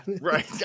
Right